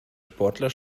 sportler